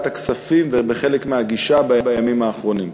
הכספים ובחלק מהגישה בימים האחרונים,